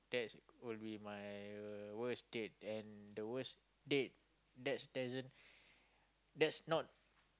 that's will be my worst date and the worst date that's doesn't that's not